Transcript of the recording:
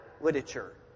literature